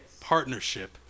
Partnership